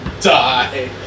die